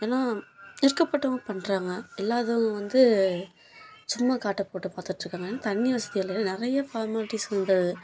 ஏனால் இருக்கப்பட்டவங்க பண்ணுறாங்க இல்லாதவங்க வந்து சும்மா காட்டை போட்டு பார்த்துட்ருக்காங்க தண்ணி வசதி அதில் நிறைய ஃபார்மாலிட்டீஸ் அந்த